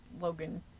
Logan